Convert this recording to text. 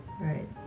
Right